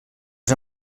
els